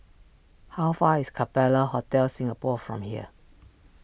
how far is Capella Hotel Singapore from here